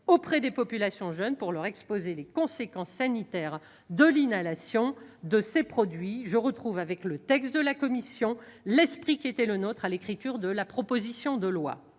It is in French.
auprès des populations jeunes pour leur exposer les conséquences sanitaires de l'inhalation de ces produits. Je retrouve avec le texte de la commission l'esprit qui était le nôtre lors de l'écriture de la proposition de loi.